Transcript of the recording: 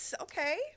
Okay